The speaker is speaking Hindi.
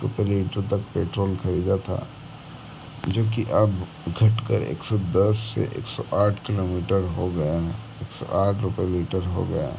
रुपये लीटर तक पेट्रोल ख़रीदा था जो कि अब घट कर एक सौ दस से एक सौ आठ किलोमीटर हो गया है एक सौ आठ रुपये लीटर हो गया है